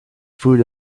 food